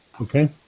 Okay